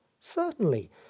Certainly